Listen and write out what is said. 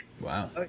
Wow